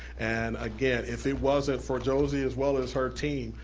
and again, if it wasn't for josie as well as her team,